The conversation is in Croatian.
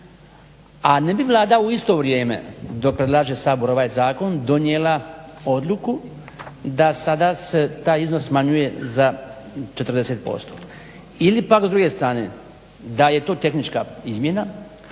a ne bi Vlada u isto vrijeme dok predlaže Sabor ovaj zakon donijela odluku da sada se taj iznos smanjuje za 40%. Ili pak s druge strane, da je to tehnička izmjena